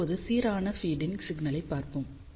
இப்போது சீரான ஃபீட் ன் சிக்கலைப் பார்ப்போம்